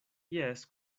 jes